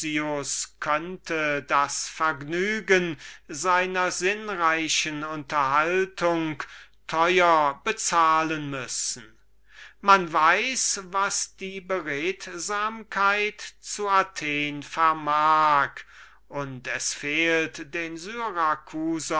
könnte das vergnügen seiner sinnreichen unterhaltung teuer bezahlen müssen man weiß was die beredsamkeit zu athen vermag und es fehlt den